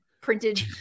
printed